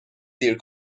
دیر